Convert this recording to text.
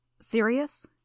Serious